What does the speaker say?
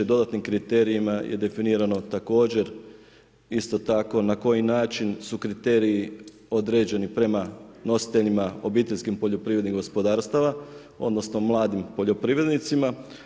Dodatnim kriterijima je definirano također isto tako na koji način su kriteriji određeni prema nositeljima obiteljskih poljoprivrednih gospodarstava, odnosno mladim poljoprivrednicima.